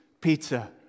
pizza